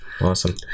Awesome